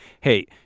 hey